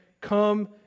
Come